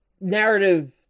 narrative